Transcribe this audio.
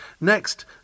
Next